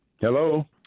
Hello